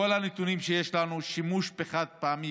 בכל הנתונים שיש לנו השימוש בחד-פעמי